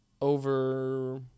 over